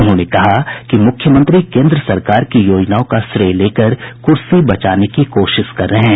उन्होंने कहा कि मुख्यमंत्री केन्द्र सरकार की योजनाओं का श्रेय लेकर कुर्सी बचाने की कोशिश कर रहे हैं